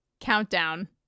countdown